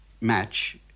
match